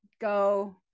go